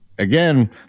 Again